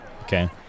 Okay